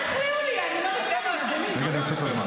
וזה שהרג את ראיסי --- חבר הכנסת אלמוג כהן,